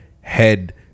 Head